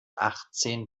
achtzenh